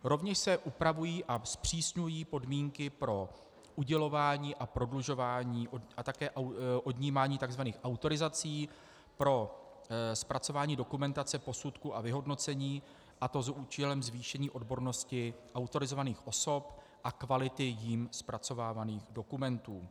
Rovněž se upravují a zpřísňují podmínky pro udělování a prodlužování a také odnímání takzvaných autorizací pro zpracování dokumentace, posudků a vyhodnocení, a to s účelem zvýšení odbornosti autorizovaných osob a kvality jimi zpracovávaných dokumentů.